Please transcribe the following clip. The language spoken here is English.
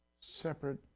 separate